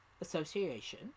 Association